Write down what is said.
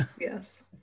Yes